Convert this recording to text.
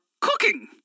cooking